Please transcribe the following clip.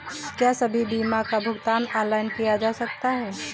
क्या सभी बीमा का भुगतान ऑनलाइन किया जा सकता है?